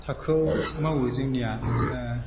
थाखोआव मावो जोंनिया